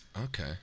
Okay